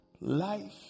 Life